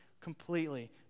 completely